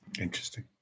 Interesting